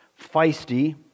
feisty